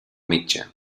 metge